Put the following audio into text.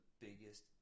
biggest